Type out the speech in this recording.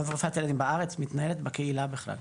רב רפואת הילדים בארץ, מתנהלת בקהילה בכלל.